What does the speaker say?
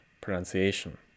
pronunciation